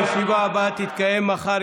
הישיבה הבאה תתקיים מחר,